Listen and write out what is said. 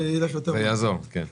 זה יעזור, כן.